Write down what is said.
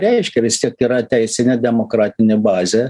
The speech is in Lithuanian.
reiškia vis tiek tai yra teisinė demokratinė bazė